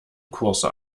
kurse